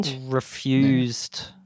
refused